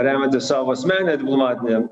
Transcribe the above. remiantis savo asmenine diplomatine